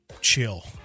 chill